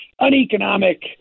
uneconomic